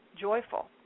joyful